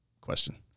question